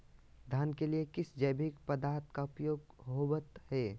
धान के लिए किस जैविक पदार्थ का उपयोग होवत है?